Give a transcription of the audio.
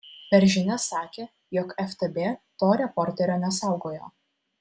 per žinias sakė jog ftb to reporterio nesaugojo